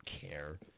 care